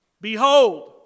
Behold